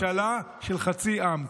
בממשלה של חצי עם.